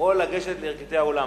או לגשת לירכתי האולם.